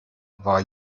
war